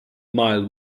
mild